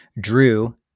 drew